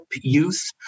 youth